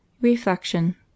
Reflection